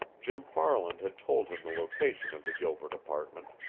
jim farland had told him the location of the gilbert apartment,